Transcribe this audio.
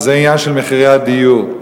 וזה עניין מחירי הדיור.